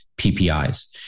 PPIs